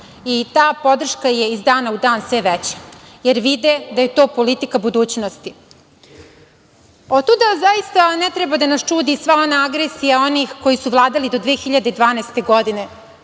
i ta podrška je iz dana u dan sve veća, jer vide da je to politika budućnosti. Otuda zaista ne treba da nas čudi sva ona agresija onih koji su vladali do 2012. godine,